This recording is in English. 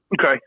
Okay